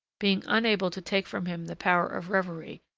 being unable to take from him the power of reverie,